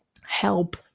help